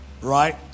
Right